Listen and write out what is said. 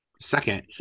second